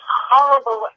horrible